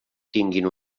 tinguin